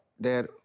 Dad